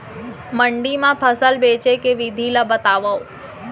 मंडी मा फसल बेचे के विधि ला बतावव?